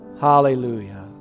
hallelujah